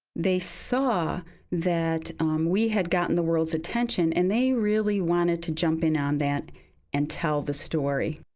they saw that we had gotten the world's attention and they really wanted to jump in on that and tell the story.